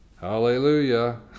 Hallelujah